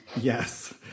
Yes